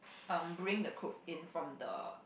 um bring the clothes in from the